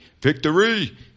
Victory